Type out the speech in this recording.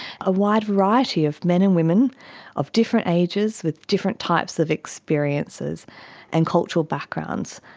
a wide variety of men and women of different ages, with different types of experiences and cultural backgrounds.